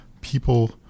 people